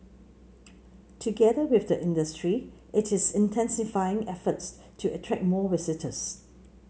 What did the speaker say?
together with the industry it is intensifying efforts to attract more visitors